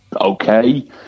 okay